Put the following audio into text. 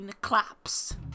claps